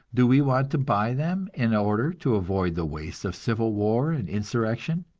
do we want to buy them, in order to avoid the wastes of civil war and insurrection?